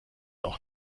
auch